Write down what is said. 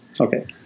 okay